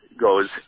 goes